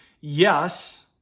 yes